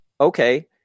okay